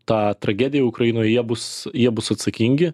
tą tragediją ukrainoj jie bus jie bus atsakingi